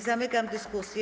Zamykam dyskusję.